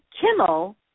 Kimmel